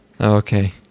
okay